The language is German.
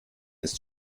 ist